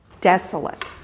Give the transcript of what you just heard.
desolate